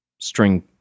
String